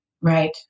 Right